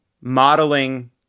modeling